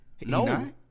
No